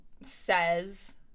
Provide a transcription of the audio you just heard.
says